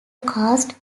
cast